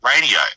radio